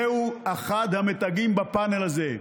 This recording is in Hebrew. זהו אחד המתגים בפאנל הזה.